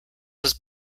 was